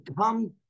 come